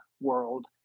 world